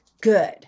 Good